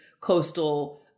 coastal